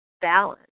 balance